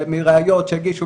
שמראיות שהגישו,